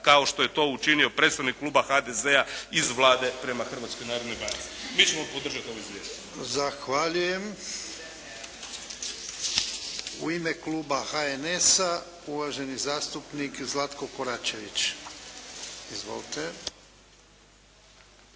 kao što je to učinio predstavnika Kluba HDZ-a, iz Vlade prema Hrvatskoj narodnoj banci. Mi ćemo podržati ovo izvješće. **Jarnjak, Ivan (HDZ)** U ime Kluba HNS-a, uvaženi zastupnik Zlatko Koračević. Izvolite.